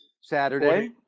Saturday